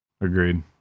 Agreed